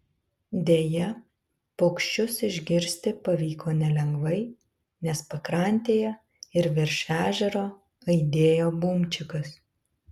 deja paukščius išgirsti pavyko nelengvai nes pakrantėje ir virš ežero aidėjo bumčikas